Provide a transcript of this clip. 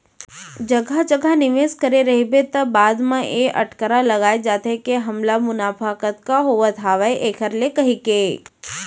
जघा जघा निवेस करे रहिबे त बाद म ए अटकरा लगाय जाथे के हमला मुनाफा कतका होवत हावय ऐखर ले कहिके